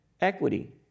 equity